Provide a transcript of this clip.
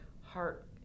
heart